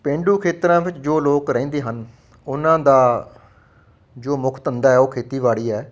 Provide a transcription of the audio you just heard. ਪੇਂਡੂ ਖੇਤਰਾਂ ਵਿੱਚ ਜੋ ਲੋਕ ਰਹਿੰਦੇ ਹਨ ਉਹਨਾਂ ਦਾ ਜੋ ਮੁੱਖ ਧੰਦਾ ਹੈ ਉਹ ਖੇਤੀਬਾੜੀ ਹੈ